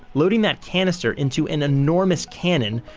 loading that canister into an enormous cannon.